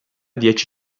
dieci